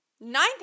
Ninth